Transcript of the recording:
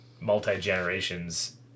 multi-generations